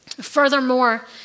Furthermore